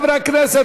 חברי הכנסת,